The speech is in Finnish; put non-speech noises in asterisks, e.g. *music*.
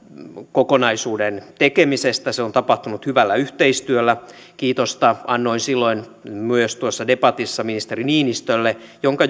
kokonaisuuden tekemisestä se on tapahtunut hyvällä yhteistyöllä kiitosta annoin silloin myös tuossa debatissa ministeri niinistölle jonka *unintelligible*